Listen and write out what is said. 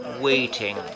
waiting